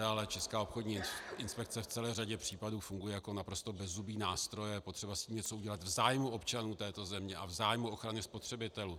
Ale Česká obchodní inspekce v celé řadě případů funguje jako naprosto bezzubý nástroj a je potřeba s tím něco udělat v zájmu občanů této země a v zájmu ochrany spotřebitelů.